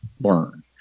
learn